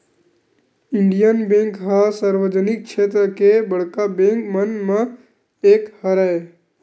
Indian bank ह सार्वजनिक छेत्र के बड़का बेंक मन म एक हरय